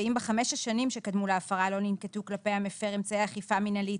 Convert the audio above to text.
ואם בחמש השנים שקדמו להפרה לא ננקטו כלפי המפר אמצעי אכיפה מינהלית